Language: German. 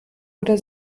oder